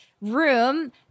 room